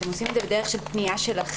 אתם עושים את זה בדרך של פנייה שלכם,